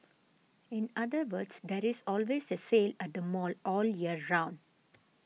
in other words there is always a sale at the mall all year round